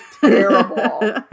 terrible